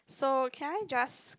so can I just